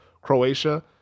Croatia